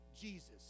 Jesus